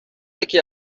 یکی